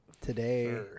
Today